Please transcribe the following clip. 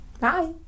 Bye